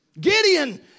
Gideon